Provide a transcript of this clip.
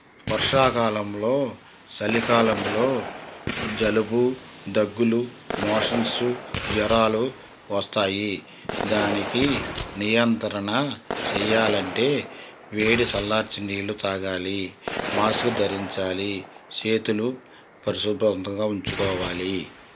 వర్షాకాలంలో చలికాలంలో జలబు దగ్గులు మోషన్సు జరాలు వస్తాయి దానికి నియంత్రణ చేయ్యాలంటే వేడి చల్లార్చి నీళ్ళు తాగాలి మాస్క్ ధరించాలి చేతులు పరిశుభ్రంగా ఉంచుకోవాలి